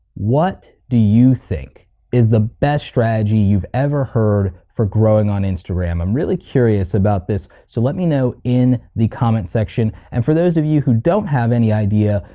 what do you think is the best strategy you've ever heard for growing on instagram? i'm really curious about this so let me know in the comment section and for those of you who don't have any idea,